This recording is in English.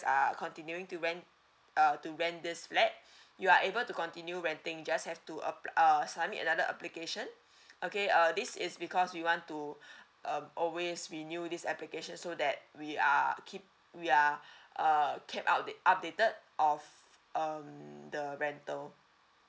are continuing to rent uh to rent this flat you are able to continue renting just have to apply uh submit another application okay uh this is because we want to uh always renew this application so that we are keep we are uh kept update updated of um the rental